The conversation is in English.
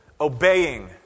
Obeying